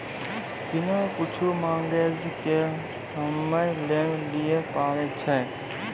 बिना कुछो मॉर्गेज के हम्मय लोन लिये पारे छियै?